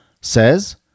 says